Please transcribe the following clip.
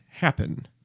happen